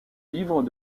livres